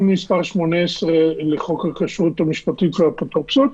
מס' 18 לחוק הכשרות המשפטית והאפוטרופסות.